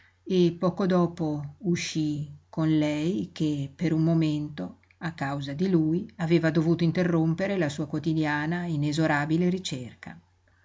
e poco dopo uscí con lei che per un momento a causa di lui aveva dovuto interrompere la sua quotidiana inesorabile ricerca